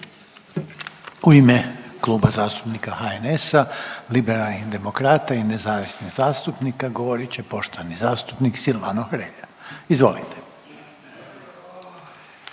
U ime Kluba zastupnika HNS-a, Liberalnih demokrata i nezavisnih zastupnika govorit će poštovani zastupnik Silvano Hrelja. Izvolite.